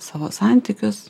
savo santykius